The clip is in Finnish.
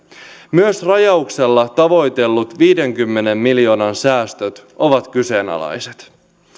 myös rajauksella tavoitellut viidenkymmenen miljoonan säästöt ovat kyseenalaiset